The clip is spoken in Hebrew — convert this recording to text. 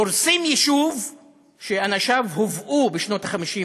הורסים יישוב שאנשיו הובאו אליו בשנות ה-50,